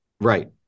right